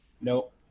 nope